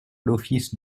l’office